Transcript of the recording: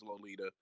Lolita